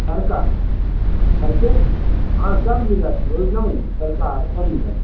तड़का तड़के हाँ सभ मिलत बोललहुँ तड़का सभ मिलत